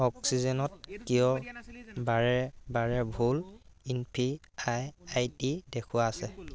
অক্সিজেনত কিয় বাৰে বাৰে ভুল U P I I D দেখুৱাই আছে